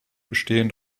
bestehen